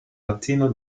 latino